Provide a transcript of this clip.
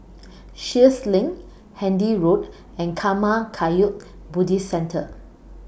Sheares LINK Handy Road and Karma Kagyud Buddhist Centre